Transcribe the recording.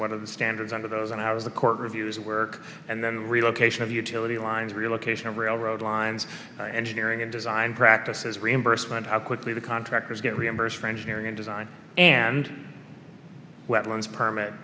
are the standards under those when i was a court reviews work and then relocation of utility lines relocation of railroad lines engineering and design practices reimbursement how quickly the contractors get reimbursed for engineering and design and wetlands permit